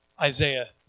Isaiah